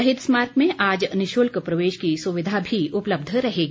शहीद स्मारक में आज निशुल्क प्रवेश की सुविधा भी उपलब्ध रहेगी